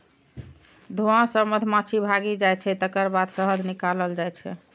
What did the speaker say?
धुआं सं मधुमाछी भागि जाइ छै, तकर बाद शहद निकालल जाइ छै